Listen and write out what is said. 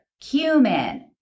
cumin